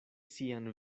sian